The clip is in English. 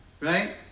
right